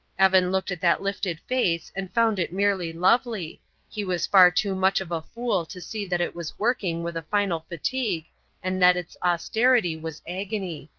evan looked at that lifted face and found it merely lovely he was far too much of a fool to see that it was working with a final fatigue and that its austerity was agony.